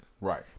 Right